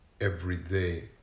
everyday